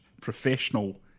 professional